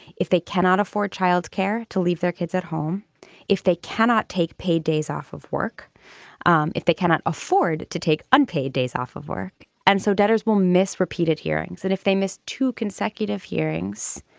if they cannot afford childcare to leave their kids at home if they cannot take paid days off of work um if they cannot afford to take unpaid days off of work. and so debtors will miss repeated hearings and if they miss two consecutive hearings.